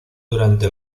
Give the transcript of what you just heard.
durante